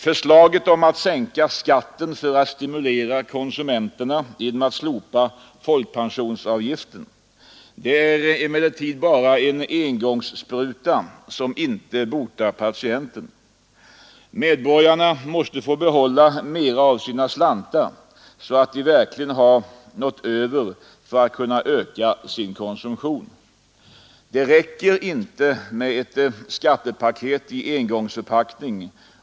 Förslaget att sänka skatten för att stimulera konsumenterna genom att slopa folkpensionsavgiften är emellertid bara en engångsspruta som inte botar patienten. Medborgarna måste få behålla mera av sina slantar så att de verkligen har någonting över för att kunna öka sin konsumtion. Det räcker inte med ett skattepaket i engångsförpackning.